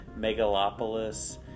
megalopolis